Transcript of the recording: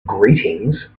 greetings